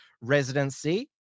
residency